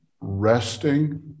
resting